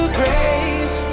grace